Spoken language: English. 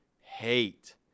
hate